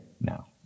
now